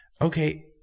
Okay